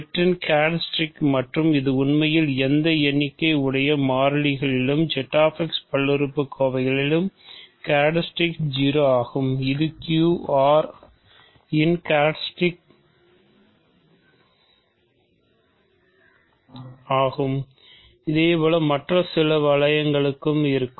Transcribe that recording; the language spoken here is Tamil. Z இன் கேரக்ட்ரிஸ்டிக் ஆகும் இதேபோல மற்ற சில வளையங்களுக்கும் இருக்கும்